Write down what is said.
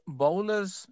bowlers